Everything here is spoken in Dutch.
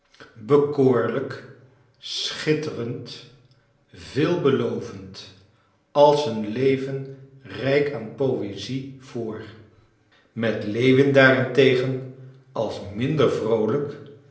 bekoorlijk schitterend veelbelovend als een leven rijk aan poëzie voor met lewin daarentegen als minder vroolijk